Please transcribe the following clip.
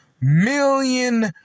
million